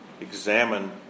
Examine